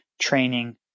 training